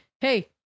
Hey